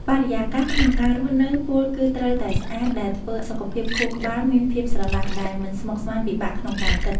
បរិយាកាសក្នុងការរស់នៅពោលគឺត្រូវតែស្អាត ដែលធ្វើសុខភាពខួរក្បាលមានភាពស្រឡះដែលមិនស្មុគស្មាញពិបាកក្នុងការគិត។